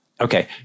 Okay